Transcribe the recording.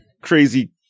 crazy